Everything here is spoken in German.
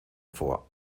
vor